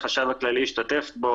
החשב הכללי השתתף בו,